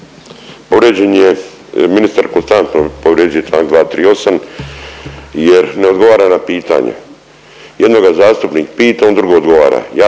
Povrijeđen je, ministar konstantno povređuje čl. 238. jer ne odgovara na pitanja. Jedno ga zastupnik pita on drugo odgovara.